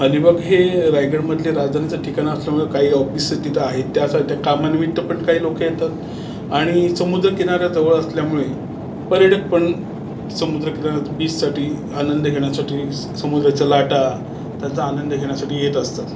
अलीबाग हे रायगडमधले राजधानीचं ठिकाण असल्यामुळं काही ऑफिसेस तिथं आहेत त्याचा त्या कामानिमित्त पण काही लोक येतात आणि समुद्रकिनाऱ्याजवळ असल्यामुळे पर्यटक पण समुद्रकिनाऱ्यात बीचसाठी आनंद घेण्यासाठी समुद्राच्या लाटा त्याचा आनंद घेण्यासाठी येत असतात